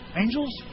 Angels